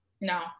No